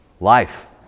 Life